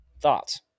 Thoughts